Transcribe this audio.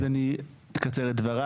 אז אני אקצר את דבריי.